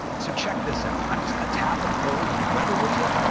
so check this out. i'm just gonna tap and hold on the weather widget,